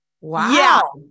Wow